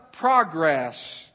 progress